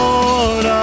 Lord